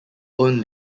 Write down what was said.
own